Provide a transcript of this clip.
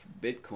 Bitcoin